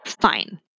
Fine